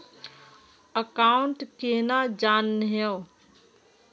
Account केना जाननेहव?